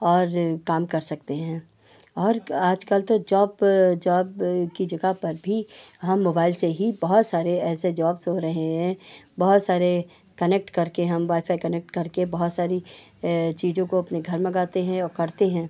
और काम कर सकते हैं और आजकल तो जॉप जॉब की जगह पर भी हम मोबाइल से ही बहुत सारे ऐसे जॉब्स हो रहे हैं बहुत सारे कनेक्ट करके हम वाईफ़ाई कनेक्ट करके बहुत सारी चीज़ों को अपने घर मँगाते हैं और करते हैं